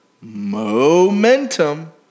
momentum